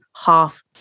half